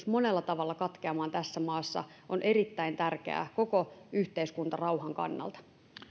monella tavalla katkeamaan tässä maassa on erittäin tärkeää koko yhteiskuntarauhan kannalta